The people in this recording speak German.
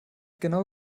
genau